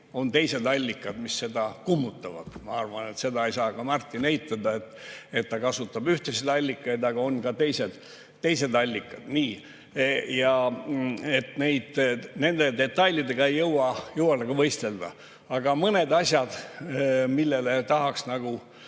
on teised allikad, mis neid kummutavad. Ma arvan, et seda ei saa ka Martin eitada. Ta kasutab küll ühtesid allikaid, aga on ka teised allikad. Ja nende detailidega ei jõua nagu võistelda. Aga mõned asjad, millele tahaksin